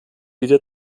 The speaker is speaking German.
wieder